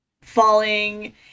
falling